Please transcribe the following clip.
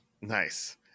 Nice